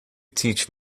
teach